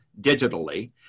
digitally